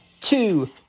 two